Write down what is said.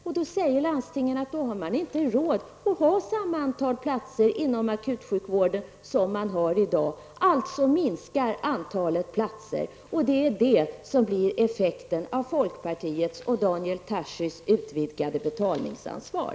Men då hävdar landstingen att de inte har råd med samma antal platser inom akutsjukvården som det finns i dag. Alltså minskar antalet platser. Det är det som blir effekten av folkpartiets och Daniel Tarschys utvidgade betalningsansvar.